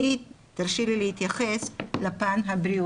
תרשי לי להתייחס לפן הבריאותי.